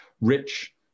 rich